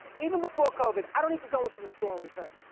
even before covid, i don't need to go into a store and return,